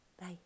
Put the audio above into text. Bye